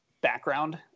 background